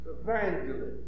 evangelist